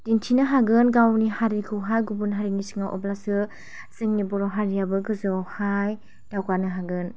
दिन्थिनो हागोन गावनि हारिखौहाय गुबुन हारिनि सिगाङाव अब्लासो जोंनि बर' हारियाबो गोजौआवहाय दावगानो हागोन